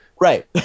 Right